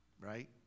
Right